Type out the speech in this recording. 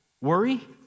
Worry